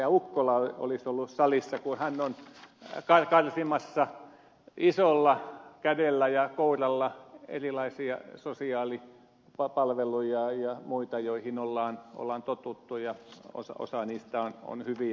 ukkola olisi ollut salissa kun hän on karsimassa isolla kädellä ja kouralla erilaisia sosiaalipalveluja ja muita joihin on totuttu ja osa niistä on hyviä